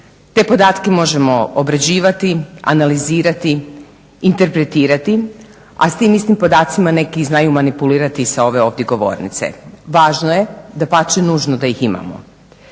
Te podatke možemo obrađivati, analizirati, interpretirati a s tim istim podacima neki i znaju manipulirati i sa ove ovdje govornice. Važno je, dapače nužno da ih imamo.